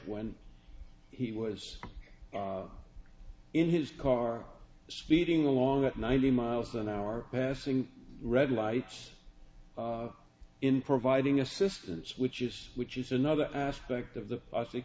when he was in his car speeding along at ninety miles an hour passing red lights in providing assistance which is which is another aspect of the i